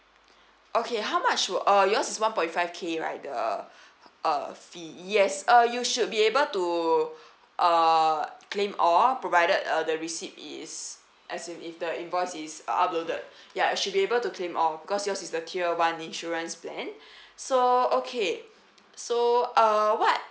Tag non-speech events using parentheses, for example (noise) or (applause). okay how much were oh yours is one point five K right the uh fee yes uh you should be able to uh claim all provided uh the receipt is as in if the invoice is uploaded ya should be able to claim all because yours is the tier one insurance plan (breath) so okay so uh what